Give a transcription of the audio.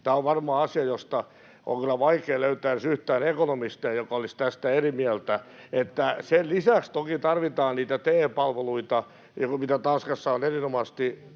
Tämä on varmaan asia, josta on kyllä vaikea löytää edes yhtään ekonomistia, joka olisi tästä eri mieltä. Sen lisäksi toki tarvitaan niitä TE-palveluita, mitä Tanskassa on erinomaisesti